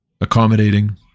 accommodating